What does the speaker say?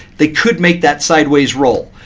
they could make that sideways roll.